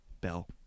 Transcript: bell